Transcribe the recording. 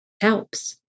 helps